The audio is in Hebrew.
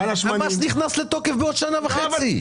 המס נכנס לתוקף בעוד שנה וחצי.